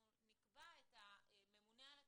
נקבע את הממונה על התקציבים,